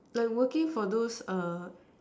like working for those err